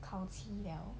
考期 liao